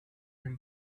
him